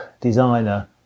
designer